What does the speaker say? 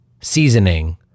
seasoning